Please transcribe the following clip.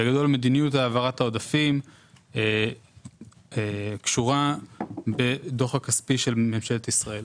בגדול מדיניות העברת העודפים קשורה בדוח הכספי של ממשלת ישראל.